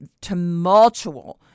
tumultual